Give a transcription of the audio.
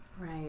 Right